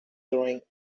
during